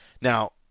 Now